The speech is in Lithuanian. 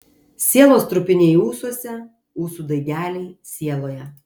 sielos trupiniai ūsuose ūsų daigeliai sieloje